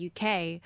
UK